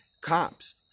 cops